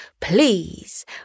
Please